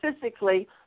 physically